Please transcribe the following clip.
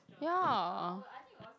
ya